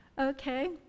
Okay